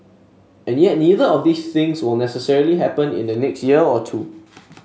and yet neither of these things will necessarily happen in the next year or two